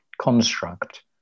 construct